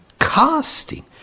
casting